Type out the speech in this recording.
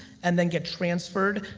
and then get transferred.